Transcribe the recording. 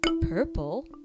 purple